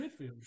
midfield